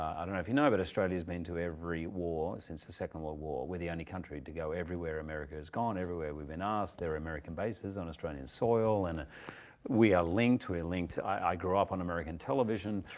i don't know if you know, but australia's been to every war since the second world war. we're the only country country to go everywhere america has gone, everywhere we've been asked. there are american bases on australian soil, and we are linked, we're linked, i grew up on american television,